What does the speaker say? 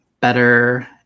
better